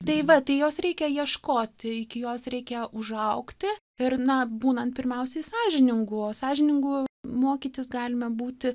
tai va tai jos reikia ieškoti iki jos reikia užaugti ir na būnant pirmiausiai sąžiningu sąžiningu mokytis galime būti